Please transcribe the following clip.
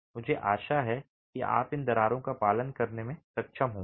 मुझे आशा है कि आप इन दरारों का पालन करने में सक्षम होंगे